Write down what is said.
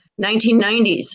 1990s